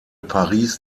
paris